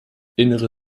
innere